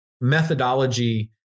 methodology